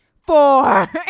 Four